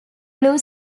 blue